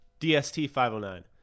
DST509